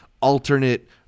alternate